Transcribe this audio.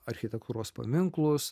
architektūros paminklus